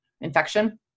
infection